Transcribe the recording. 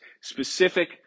specific